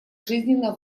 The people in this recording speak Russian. жизненно